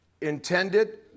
intended